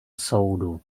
soudu